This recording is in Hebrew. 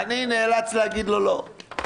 אני נאלץ להגיד לו לא.